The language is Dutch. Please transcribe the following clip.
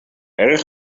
erg